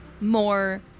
more